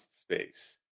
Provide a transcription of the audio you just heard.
space